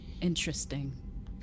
Interesting